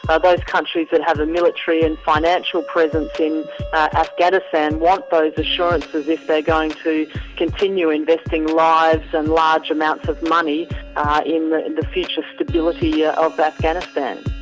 ah both countries would have a military and financial presence in afghanistan want those assurances if they're going to continue investing lives and large amounts of money ah in in the future stability ah of but afghanistan.